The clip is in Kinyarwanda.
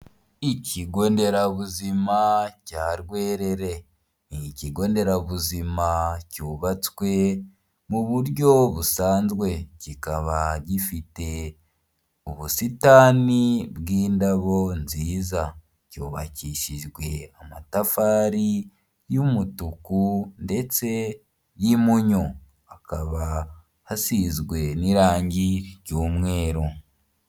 Ikigo nderabuzima cya Rwerere, ni ikigo nderabuzima cyubatswe mu buryo busanzwe, kikaba gifite ubusitani bw'indabo nziza, cyubakishijwe amatafari y'umutuku ndetse y'imunyu, hakaba hasizwe n'irangi ry'umweru.